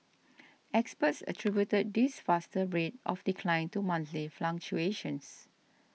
experts attributed this faster rate of decline to monthly fluctuations